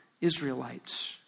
Israelites